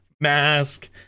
mask